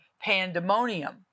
pandemonium